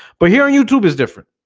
but here youtube is different,